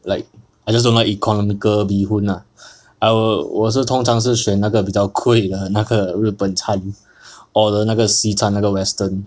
like I just don't like economical bee hoon lah I will 我是通常是选那个比较贵的那个日本餐 or the 那个西餐那个 western